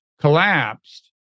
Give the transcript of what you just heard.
collapsed